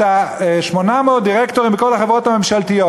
את 800 הדירקטורים בכל החברות הממשלתיות.